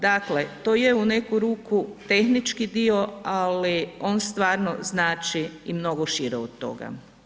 Dakle, to je u neku ruku tehnički dio, ali on stvarno znači i mnogo šire od toga.